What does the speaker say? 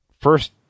first